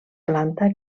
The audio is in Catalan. planta